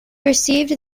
received